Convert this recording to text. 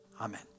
Amen